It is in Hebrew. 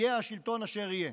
יהיה השלטון אשר יהיה,